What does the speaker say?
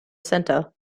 center